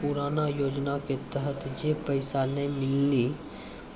पुराना योजना के तहत जे पैसा नै मिलनी